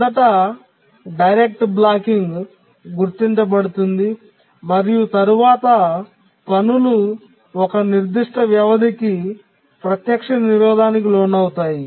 మొదట direct blocking గుర్తించబడుతుంది మరియు తరువాత పనులు ఒక నిర్దిష్ట వ్యవధికి ప్రత్యక్ష నిరోధానికి లోనవుతాయి